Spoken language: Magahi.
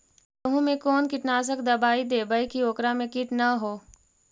गेहूं में कोन कीटनाशक दबाइ देबै कि ओकरा मे किट न हो?